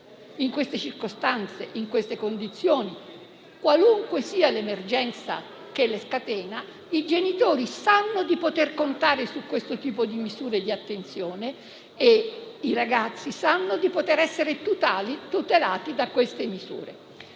in queste circostanze e in queste condizioni. Qualunque sia l'emergenza che le scatena, i genitori devono sapere di poter contare su questo tipo di misure di attenzione e i ragazzi devono sapere di essere tutali da queste misure.